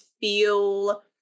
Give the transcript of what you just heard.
feel